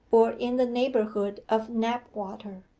or in the neighbourhood of knapwater.